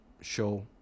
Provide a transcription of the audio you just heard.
show